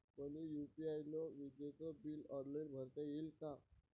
मले यू.पी.आय न विजेचे बिल ऑनलाईन भरता येईन का?